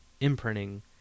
imprinting